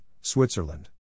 Switzerland